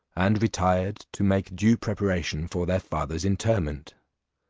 and retired to make due preparation for their father's interment.